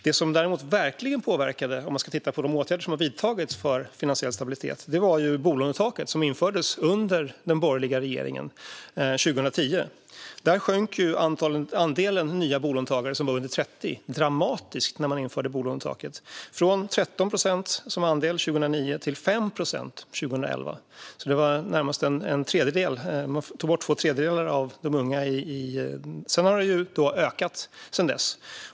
Det som däremot verkligen påverkade - om man tittar på de åtgärder som har vidtagits för finansiell stabilitet - var bolånetaket som infördes under den borgerliga regeringen 2010. När bolånetaket infördes sjönk andelen nya bolånetagare som var under 30 år dramatiskt, från 13 procent som andel 2009 till 5 procent 2011. Två tredjedelar av de unga försvann. Sedan dess har andelen ökat.